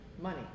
Money